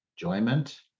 enjoyment